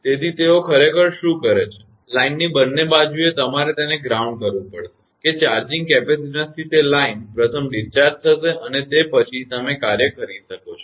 તેથી તેઓ ખરેખર શું કરે છે લાઇનની બંને બાજુએ તમારે તેને ગ્રાઉન્ડ કરવું પડશે કે ચાર્જિંગ કેપેસિટેન્સથી તે લાઇન પ્રથમ ડિસ્ચાર્જ થશે અને તે પછી તમે કાર્ય કરી શકો છો